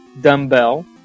Dumbbell